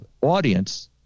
audience